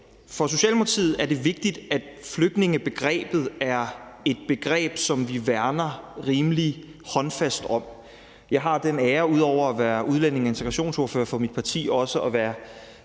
For Socialdemokratiet er det vigtigt, at flygtningebegrebet er et begreb, som vi værner rimelig håndfast om. Jeg har den ære ud over at være udlændinge- og integrationsordfører for mit parti også at være